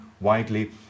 widely